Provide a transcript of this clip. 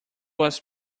was